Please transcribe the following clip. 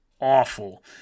awful